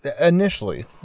initially